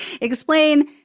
explain